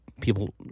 people